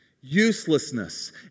uselessness